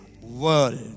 world